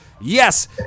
Yes